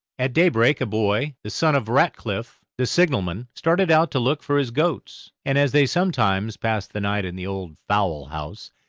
at daybreak a boy, the son of ratcliff, the signal man, started out to look for his goats, and as they sometimes passed the night in the old fowlhouse,